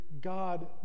God